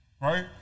right